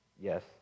Yes